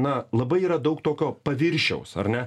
na labai yra daug tokio paviršiaus ar ne